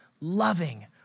loving